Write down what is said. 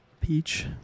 Peach